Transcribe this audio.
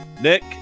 Nick